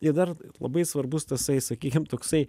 i dar labai svarbus tasai sakykim toksai